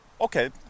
okay